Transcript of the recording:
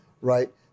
right